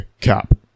cap